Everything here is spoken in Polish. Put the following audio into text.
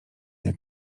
jak